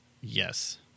Yes